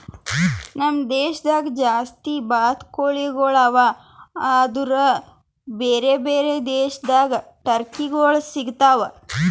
ನಮ್ ದೇಶದಾಗ್ ಜಾಸ್ತಿ ಬಾತುಕೋಳಿಗೊಳ್ ಅವಾ ಆದುರ್ ಬೇರೆ ಬೇರೆ ದೇಶದಾಗ್ ಟರ್ಕಿಗೊಳ್ ಸಿಗತಾವ್